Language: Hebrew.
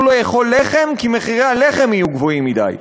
לאכול לחם כי מחירי הלחם יהיו גבוהים מדי.